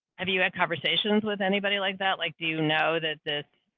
have you had conversations with anybody like that? like, do you know that this.